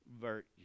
virtue